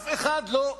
אף אחד לא התריע.